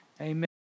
Amen